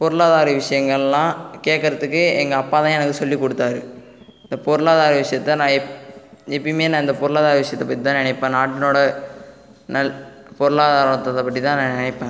பொருளாதார விஷயங்கள்லாம் கேட்குறதுக்கு எங்கள் அப்பாதான் எனக்கு சொல்லிக்கொடுத்தாரு இந்த பொருளாதார விஷயத்தை நான் எப் எப்பவுமே இந்த பொருளாதார விஷயத்தை பற்றிதான் நினப்பேன் நாட்டினோடய பொருளாதாரத்தை பற்றிதான் நான் நினைப்பேன்